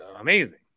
amazing